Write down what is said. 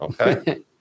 Okay